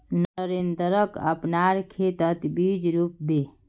नरेंद्रक अपनार खेतत बीज रोप बे